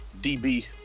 DB